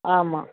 ஆமாம்